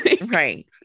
Right